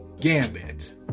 Gambit